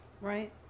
Right